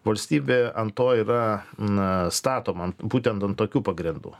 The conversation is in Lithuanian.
valstybė ant to yra na statoma būtent ant tokių pagrindų